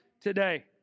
today